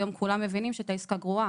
היום כולם מבינים שהיא היתה עסקה גרועה,